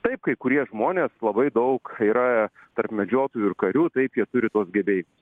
taip kai kurie žmonės labai daug yra tarp medžiotojų ir karių taip jie turi tuos gebėjimus